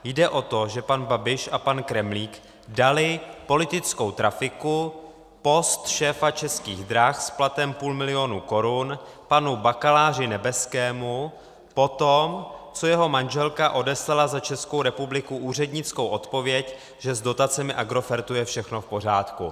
Jde o to, že pan Babiš a pan Kremlík dali politickou trafiku, post šéfa Českých drah s platem půl milionu korun, panu bakaláři Nebeskému, potom co jeho manželka odeslala za Českou republiku úřednickou odpověď, že s dotacemi Agrofertu je všechno v pořádku.